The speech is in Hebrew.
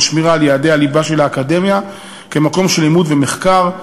שמירה על יעדי הליבה של האקדמיה כמקום של לימוד ומחקר,